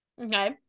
okay